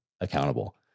accountable